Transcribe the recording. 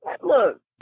Look